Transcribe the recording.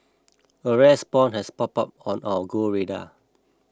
a rare spawn has popped up on our Go radar